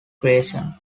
creation